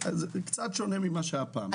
קצת שונה ממה שהיה פעם.